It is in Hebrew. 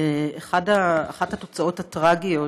אחת התוצאות הטרגיות